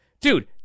dude